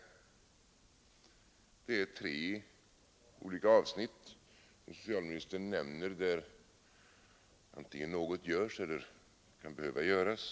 Socialministern nämner tre olika avsnitt där antingen något görs eller något kan behöva göras.